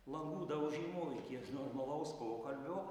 langų daužymo iki normalaus pokalbio